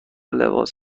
لباس